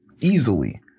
Easily